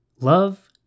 Love